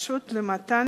בבקשות למתן